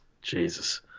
Jesus